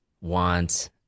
want